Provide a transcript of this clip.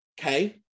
Okay